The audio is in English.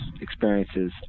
experiences